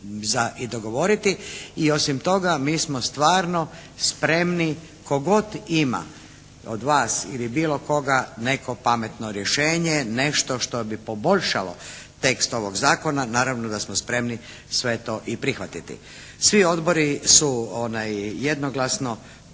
i dogovoriti i osim toga mi smo stvarno spremni tko god ima od vas ili bilo koga neko pametno rješenje, nešto što bi poboljšalo tekst ovog zakona naravno da smo spremni sve to i prihvatiti. Svi odbori su jednoglasno